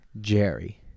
jerry